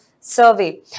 survey